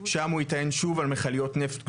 שם הוא יטען שוב על מכליות נפט גדולות,